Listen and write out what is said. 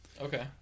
Okay